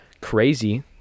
crazy